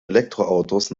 elektroautos